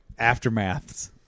aftermaths